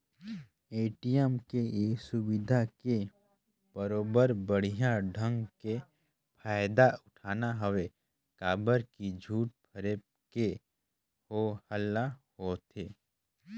ATM के ये सुबिधा के बरोबर बड़िहा ढंग के फायदा उठाना हवे काबर की झूठ फरेब के हो हल्ला होवथे